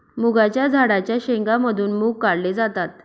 मुगाच्या झाडाच्या शेंगा मधून मुग काढले जातात